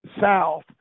south